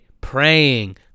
Praying